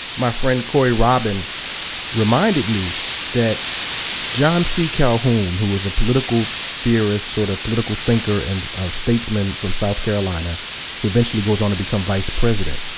my friend corey robin reminded me that john c. calhoun, who was a political theorist, sort of political thinker and statesman from south carolina who eventually goes on to become vice president,